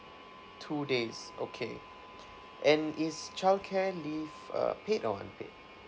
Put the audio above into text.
two days okay and is childcare leave err paid or unpaid